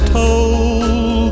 told